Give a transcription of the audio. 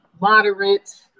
moderate